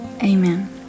amen